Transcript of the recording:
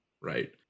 Right